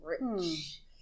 rich